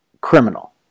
criminal